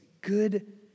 good